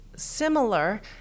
similar